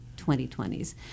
2020s